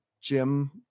Jim